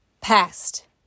Past